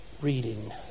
reading